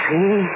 See